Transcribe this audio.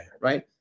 right